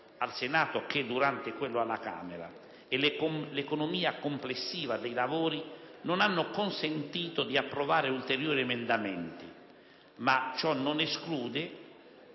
al Senato che durante quello alla Camera - e l'economia complessiva dei lavori non hanno consentito di approvare ulteriori emendamenti; ma ciò non esclude,